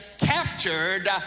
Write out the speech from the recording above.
captured